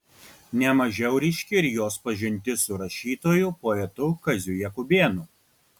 ne mažiau ryški ir jos pažintis su rašytoju poetu kaziu jakubėnu